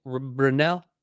Brunel